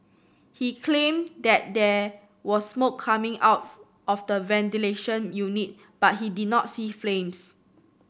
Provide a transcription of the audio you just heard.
he claimed that there was smoke coming out of the ventilation unit but he did not see flames